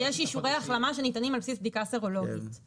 אישורי החלמה שניתנים על בסיס בדיקה סרולוגית,